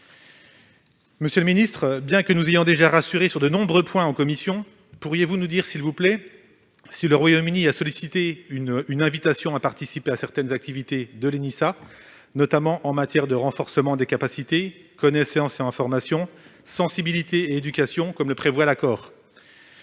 Monsieur le secrétaire d'État, bien que nous ayant déjà rassurés sur de nombreux points en commission, pourriez-vous nous dire si le Royaume-Uni a sollicité une invitation à participer à certaines activités de l'Enisa, notamment en matière de renforcement des capacités, connaissances et informations, ainsi que de sensibilisation et d'éducation, comme le prévoit l'accord ?